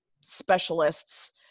specialists